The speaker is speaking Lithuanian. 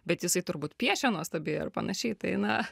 bet jisai turbūt piešia nuostabiai ar panašiai tai na